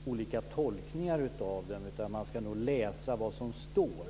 Herr talman! Jag tror inte att det är någon större risk för att det blir olika tolkningar av det, utan man ska läsa vad som står